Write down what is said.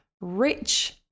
rich